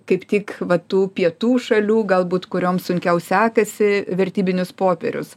kaip tik va tų pietų šalių galbūt kurioms sunkiau sekasi vertybinius popierius